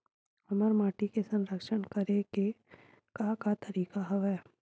हमर माटी के संरक्षण करेके का का तरीका हवय?